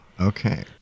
okay